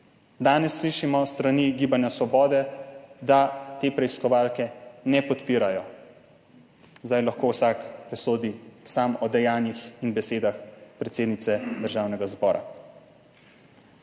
Danes slišimo s strani Gibanja Svoboda, da te preiskovalke ne podpirajo. Zdaj lahko vsak sam presodi o dejanjih in besedah predsednice Državnega zbora.